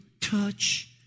touch